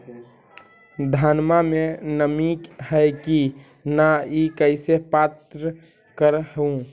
धनमा मे नमी है की न ई कैसे पात्र कर हू?